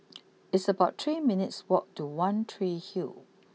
it's about three minutes' walk to one Tree Hill